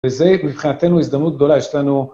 וזה מבחינתנו הזדמנות גדולה, יש לנו...